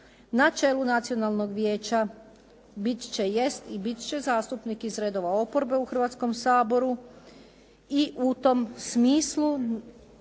Na čelu Nacionalnog vijeća bit će, jest i bit će zastupnik iz redova oporbe u Hrvatskom saboru i u tom smislu